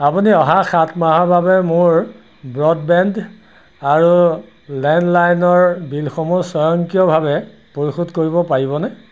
আপুনি অহা সাত মাহৰ বাবে মোৰ ব্ৰডবেণ্ড আৰু লেণ্ডলাইনৰ বিলসমূহ স্বয়ংক্ৰিয়ভাৱে পৰিশোধ কৰিব পাৰিবনে